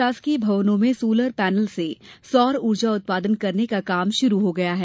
शासकीय भवनों में सोलर पैनल से सौर ऊर्जा उत्पादन करने का काम शुरु हो गया है